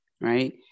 Right